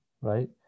right